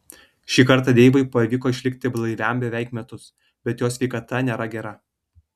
šį kartą deivui pavyko išlikti blaiviam beveik metus bet jo sveikata nėra gera